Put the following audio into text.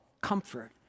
comfort